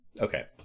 Okay